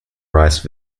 rice